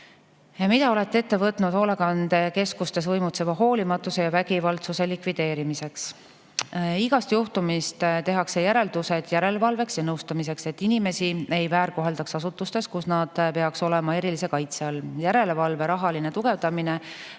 "Mida olete ette võtnud hoolekandekeskustes võimutseva hoolimatuse ja vägivaldsuse likvideerimiseks?" Igast juhtumist tehakse järeldused järelevalveks ja nõustamiseks, et inimesi ei väärkoheldaks asutustes, kus nad peaksid olema erilise kaitse all. Järelevalve rahaline tugevdamine